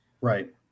right